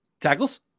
Tackles